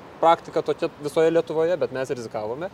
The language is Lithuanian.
praktika tokia visoje lietuvoje bet mes rizikavome